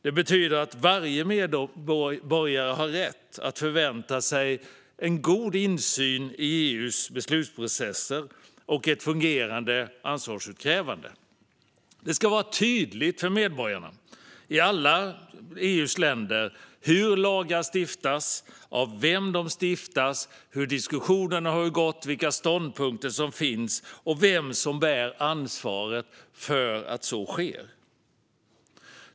Det betyder att varje medborgare har rätt att förvänta sig en god insyn i EU:s beslutsprocesser och ett fungerande ansvarsutkrävande. Det ska vara tydligt för medborgarna i alla EU:s länder hur lagar stiftas, av vem de stiftas, hur diskussionerna har gått, vilka ståndpunkter som finns och vem som bär ansvaret för att så sker.